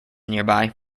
nearby